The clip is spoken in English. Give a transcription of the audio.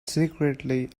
secretly